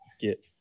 get